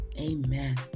amen